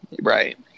Right